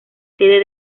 sede